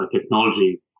technology